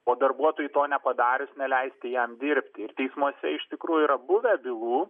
o darbuotojui to nepadarius neleisti jam dirbti ir teismuose iš tikrųjų yra buvę bylų